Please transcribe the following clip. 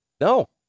No